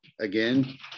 again